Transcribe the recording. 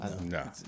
No